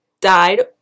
died